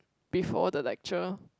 before the lecture